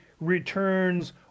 returns